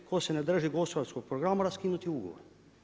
Tko se ne drži gospodarskog programa, raskinuti ugovor.